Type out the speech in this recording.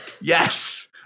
Yes